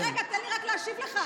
רגע, רגע, תן לי רק להשיב לך: